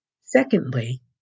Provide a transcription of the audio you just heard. Secondly